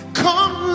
come